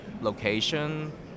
location